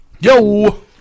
Yo